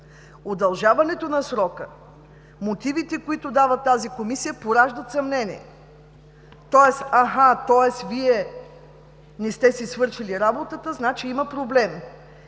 Удължаването на срока – мотивите, които дава тази Комисия, пораждат съмнения: „Аха, Вие не сте си свършили работата, значи, има проблеми“.